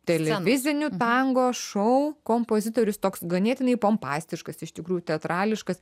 televizinių tango šou kompozitorius toks ganėtinai pompastiškas iš tikrųjų teatrališkas